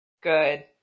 Good